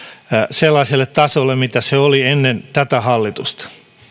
sellaiselle tasolle millä se oli ennen tätä hallitusta